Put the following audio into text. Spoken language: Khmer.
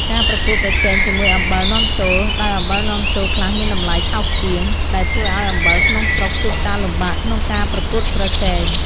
ការប្រកួតប្រជែងជាមួយអំបិលនាំចូល ដោយអំបិលនាំចូលខ្លះមានតម្លៃថោកជាង ដែលធ្វើឱ្យអំបិលក្នុងស្រុកជួបការលំបាកក្នុងការប្រកួតប្រជែង។